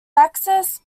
access